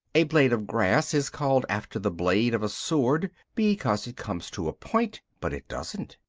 a blade of grass is called after the blade of a sword, because it comes to a point but it doesn't.